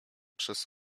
przez